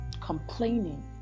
complaining